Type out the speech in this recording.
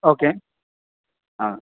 okay ആ